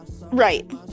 right